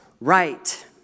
right